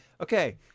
Okay